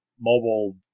mobile